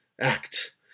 Act